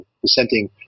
dissenting